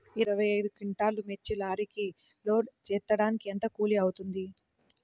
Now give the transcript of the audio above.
ఇరవై ఐదు క్వింటాల్లు మిర్చి లారీకి లోడ్ ఎత్తడానికి ఎంత కూలి అవుతుంది?